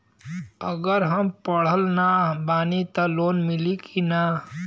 अगर हम पढ़ल ना बानी त लोन मिली कि ना?